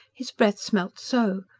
his breath smelt so.